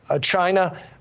China